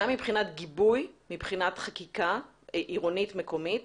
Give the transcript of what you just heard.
גם מבחינת גיבוי, מבחינת חקיקה עירונית מקומית,